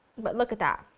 but look at that,